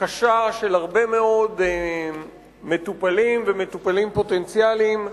קשה של הרבה מאוד מטופלים ומטופלים פוטנציאליים,